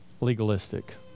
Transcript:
legalistic